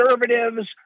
conservatives